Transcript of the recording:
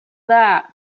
that